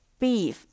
beef